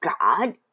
God